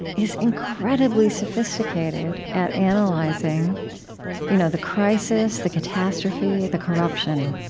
is incredibly sophisticated at analyzing you know the crisis, the catastrophe, the corruption,